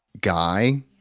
guy